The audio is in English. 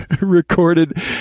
recorded